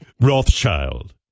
Rothschild